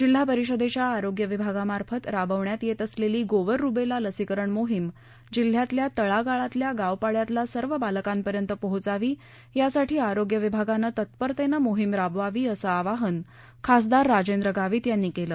जिल्हा परिषदेच्या आरोग्य विभागा मार्फत राबविण्यात येत असलेली गोवर रुबेला लसीकरण मोहिम जिल्ह्यातल्या तळा गाळातल्या गाव पाङ्यातल्या सर्व बालकांपर्यंत पोहोचावी यासाठी आरोग्य विभागानं तत्परतेनं मोहीम राबवावी असं आवाहन खासदार राजेंद्र गावित यांनी केलं